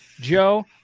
Joe